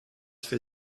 für